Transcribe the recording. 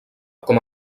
com